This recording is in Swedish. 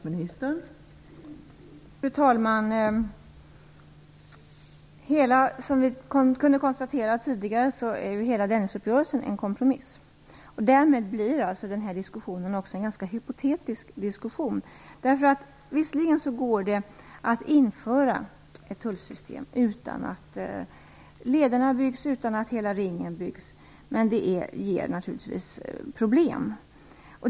Fru talman! Som vi tidigare kunde konstatera är ju hela Dennisuppgörelsen en kompromiss. Därmed blir den här diskussionen också ganska hypotetisk. Visserligen går det att införa ett tullsystem utan att lederna och hela Ringleden byggs, men det ger naturligtvis problem.